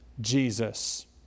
Jesus